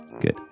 Good